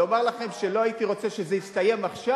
לומר לכם שלא הייתי רוצה שזה יסתיים עכשיו,